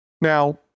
Now